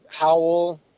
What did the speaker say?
Howell